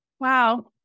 Wow